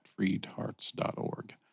freedhearts.org